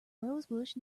rosebush